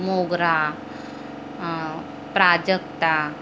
मोगरा प्राजक्त